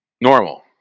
Normal